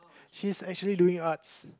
she's actually doing arts